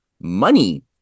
money